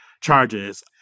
charges